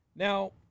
Now